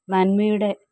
നന്മയുടെ